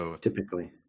typically